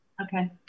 Okay